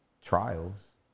trials